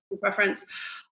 preference